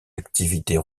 activités